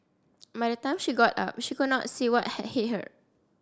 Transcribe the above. by the time she got up she could not see what had hit her